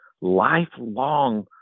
lifelong